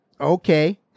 okay